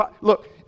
Look